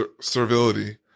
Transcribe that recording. servility